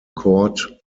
court